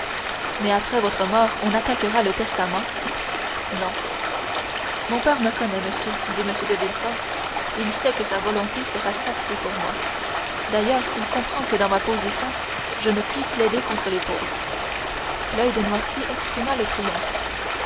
mais après votre mort on attaquera le testament non mon père me connaît monsieur dit m de villefort il sait que sa volonté sera sacrée pour moi d'ailleurs il comprend que dans ma position je ne puis plaider contre les pauvres l'oeil de noirtier exprima le triomphe